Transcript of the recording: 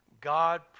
God